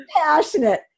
passionate